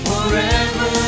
Forever